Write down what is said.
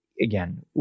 again